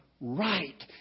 right